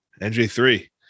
nj3